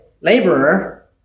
laborer